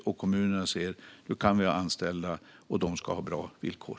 Då ser kommunerna att de kan ha anställda, och de ska ha bra villkor.